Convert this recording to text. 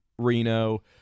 Reno